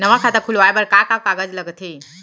नवा खाता खुलवाए बर का का कागज लगथे?